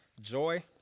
Joy